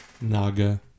Naga